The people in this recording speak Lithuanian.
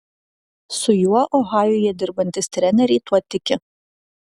su juo ohajuje dirbantys treneriai tuo tiki